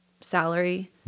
salary